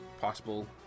possible